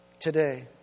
today